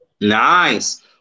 Nice